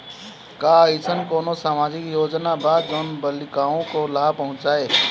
का अइसन कोनो सामाजिक योजना बा जोन बालिकाओं को लाभ पहुँचाए?